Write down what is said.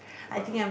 but